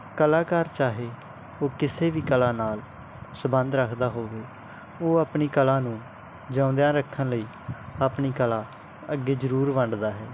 ਕਲਾਕਾਰ ਚਾਹੇ ਉਹ ਕਿਸੇ ਵੀ ਕਲਾ ਨਾਲ ਸੰਬੰਧ ਰੱਖਦਾ ਹੋਵੇ ਉਹ ਆਪਣੀ ਕਲਾ ਨੂੰ ਜਿਉਂਦਿਆਂ ਰੱਖਣ ਲਈ ਆਪਣੀ ਕਲਾ ਅੱਗੇ ਜ਼ਰੂਰ ਵੰਡਦਾ ਹੈ